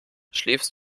schläfst